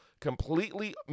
completely